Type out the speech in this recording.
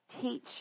teach